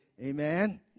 amen